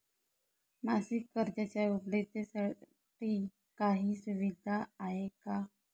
मासिक कर्जाच्या उपलब्धतेसाठी काही सुविधा आहे का?